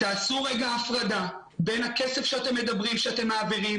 תעשו רגע הפרדה בין הכסף שאתם מדברים שאתם מעבירים